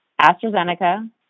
AstraZeneca